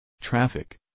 Traffic